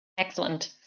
Excellent